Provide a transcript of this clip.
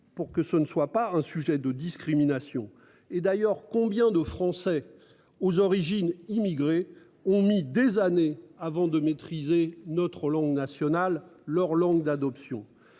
pour que ce ne soit pas un sujet de discrimination et d'ailleurs, combien de français aux origines immigrées ont mis des années avant de maîtriser notre langue nationale leur langue d'adoption.